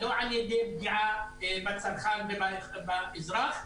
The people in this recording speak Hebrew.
לא על ידי פגיעה בצרכן ובאזרח,